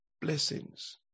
blessings